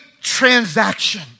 transaction